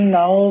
now